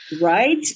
Right